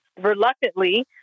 reluctantly